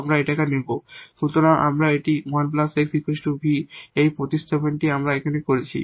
আমরা এটি নেব সুতরাং আমরা এই 1 𝑥 𝑣 এই প্রতিস্থাপনটি আমরা এখানে করেছি